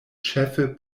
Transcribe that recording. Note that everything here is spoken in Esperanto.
ĉefe